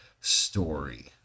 story